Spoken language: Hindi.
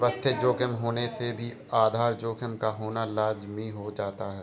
व्यवस्थित जोखिम के होने से भी आधार जोखिम का होना लाज़मी हो जाता है